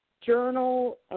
journal